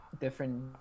different